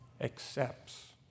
accepts